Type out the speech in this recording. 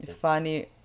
funny